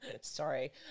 Sorry